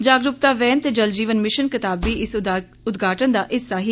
जागरूकता वैन तेजल जीवन मिशन कताब बी इस उद्घाटन दा हिस्सा ही